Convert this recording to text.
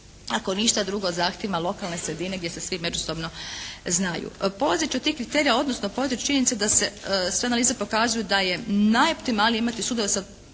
ako ništa drugo zahtjevima lokalne sredine gdje se svi međusobno znaju. Polazeći od tih kriterija odnosno polazeći da se sve analize pokazuju da je naj optimalnije imati sudove